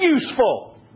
useful